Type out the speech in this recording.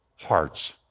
hearts